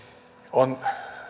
on